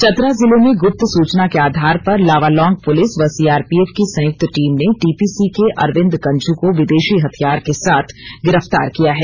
चतरा जिले में गुप्त सूचना के आधार पर लावालौंग पुलिस व सीआरपीएफ की संयुक्त टीम ने टीपीसी के अरविंद गंझू को विदेशी हथियार के साथ गिरफ्तार किया है